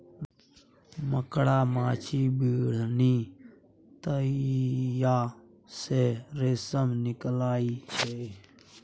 मकड़ा, माछी, बिढ़नी, ततैया सँ रेशम निकलइ छै